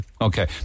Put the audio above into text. okay